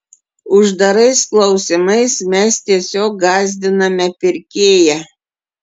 uždarais klausimais mes tiesiog gąsdiname pirkėją